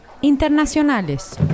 Internacionales